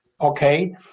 okay